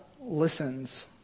listens